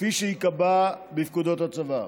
כפי שייקבע בפקודות הצבא.